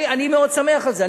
אני מאוד שמח על זה,